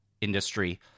industry